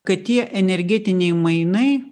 kad tie energetiniai mainai